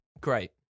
Great